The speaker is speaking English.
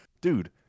dude